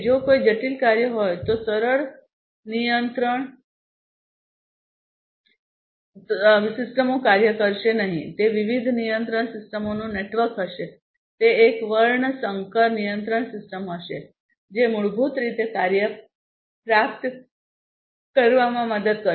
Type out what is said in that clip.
જો કોઈ જટિલ કાર્ય હોય તો સરળ નિયંત્રણ સિસ્ટમો કાર્ય કરશે નહીં તે વિવિધ નિયંત્રણ સિસ્ટમોનું નેટવર્ક હશે તે એક વર્ણસંકર નિયંત્રણ સિસ્ટમ હશે જે મૂળભૂત રીતે કાર્ય પ્રાપ્ત કરવામાં મદદ કરશે